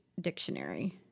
dictionary